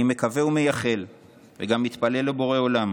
אני מקווה ומייחל וגם מתפלל לבורא עולם